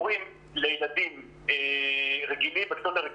אז הם חלק מהכיתה ובאחריותם גם